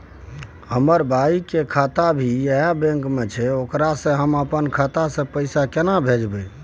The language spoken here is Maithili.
हमर भाई के खाता भी यही बैंक में छै ओकरा हम अपन खाता से पैसा केना भेजबै?